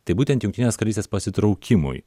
tai būtent jungtinės karalystės pasitraukimui